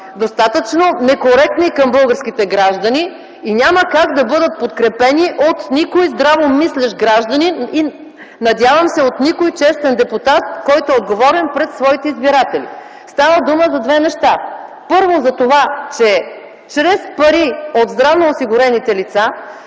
достатъчно некоректни към българските граждани и няма как да бъдат подкрепени от никой здравомислещ гражданин и, надявам се, от никой честен депутат, който е отговорен пред своите избиратели. Става дума за две неща. Първо, това, че чрез пари от здравноосигурените лица